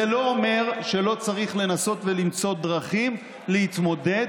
זה לא אומר שלא צריך לנסות למצוא דרכים להתמודד,